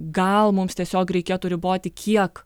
gal mums tiesiog reikėtų riboti kiek